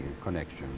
connection